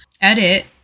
edit